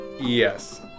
yes